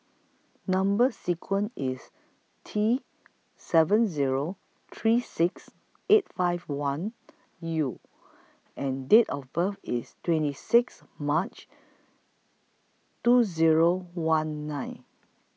Number sequence IS T seven Zero three six eight five one U and Date of birth IS twenty six March two Zero one nine